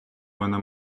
вона